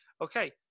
okay